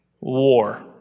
war